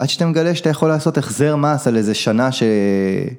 עד שאתה מגלה שאתה יכול לעשות החזר מס על איזה שנה ש...